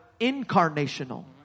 incarnational